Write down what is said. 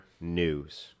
news